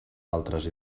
altres